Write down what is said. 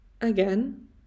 again